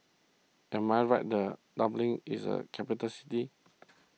am I right that Dublin is a capital city